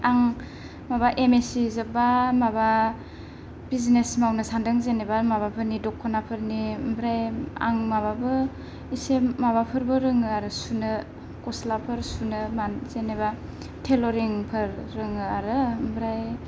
आं माबा M S C जोब्बा माबा बिजिनेस मावनो सान्दों जेनोबा माबाफोरनि दख'नाफोरनि ओमफ्राय आं माबाबो एसे माबाफोरबो रोङो आरो सुनो गस्लाफोर सुनो मानो जेनेबा टेइलरिंफोर रोङो आरो ओमफ्राय